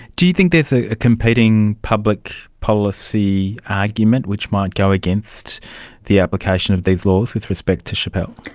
do you think there's a competing public policy argument which might go against the application of these laws with respect to schapelle?